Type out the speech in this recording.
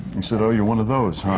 he said, oh, you're one of those, huh?